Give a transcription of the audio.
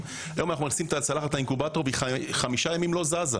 היום אנחנו מכניסים צלחת לאינקובטור והיא חמישה ימים לא זזה,